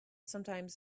sometimes